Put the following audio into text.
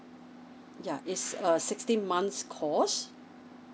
yeah it's a sixteen months course